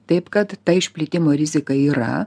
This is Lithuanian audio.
taip kad ta išplitimo rizika yra